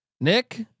Nick